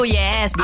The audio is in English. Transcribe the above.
yes